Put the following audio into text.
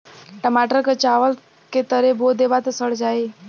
टमाटर क चावल के तरे बो देबा त सड़ जाई